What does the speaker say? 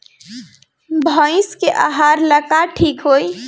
भइस के आहार ला का ठिक होई?